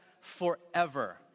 Forever